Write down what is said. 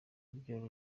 ibyo